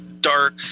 dark